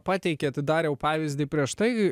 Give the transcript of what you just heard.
pateikėt dariau pavyzdį prieš tai